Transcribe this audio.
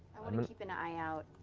i mean keep an eye out,